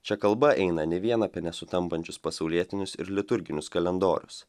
čia kalba eina ne vien apie nesutampančius pasaulietinius ir liturginius kalendorius